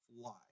fly